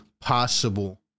possible